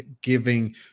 giving